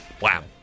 Wow